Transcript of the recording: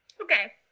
okay